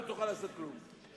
לא תוכל לעשות כלום.